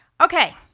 Okay